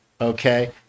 okay